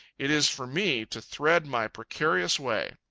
it is for me to thread my precarious way.